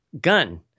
gun